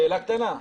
שאלה קטנה.